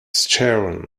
sharon